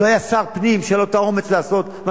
לא היה שר פנים שהיה לו אומץ לעשות מה